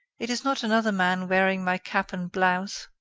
it is not another man wearing my cap and blouse.